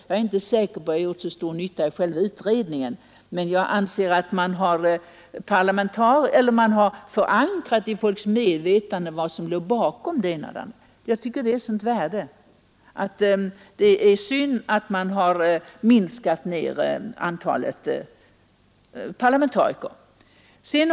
Jag är inte säker på att jag gjort så stor nytta i själva utredningarna, men jag anser att man på det sättet förankrar i folkets medvetande vad som ligger bakom ett visst beslut och det tycker jag är av så stort värde att det är synd att man har minskat antalet parlamentariker i utredningarna.